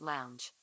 Lounge